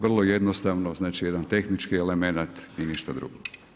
Vrlo jednostavno, znači jedan tehnički elemenat i ništa drugo.